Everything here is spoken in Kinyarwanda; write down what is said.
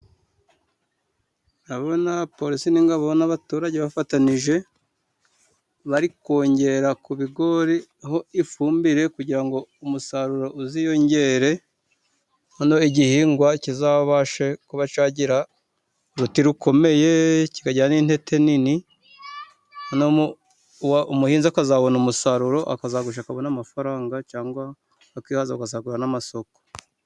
Ndabona polisi, n'ingabo, n'abaturage, bafatanije barikongera ku bigori ho ifumbire, kugira ngo umusaruro uziyongere, igihingwa kizabashe kuba cyagira uruti rukomeye, kikajyana n'intete nini. Umuhinzi akazabona umusaruro akazagurisha akabona amafaranga, cyangwa akihaza bagasagurira n'amasoko.